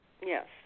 Yes